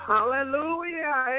Hallelujah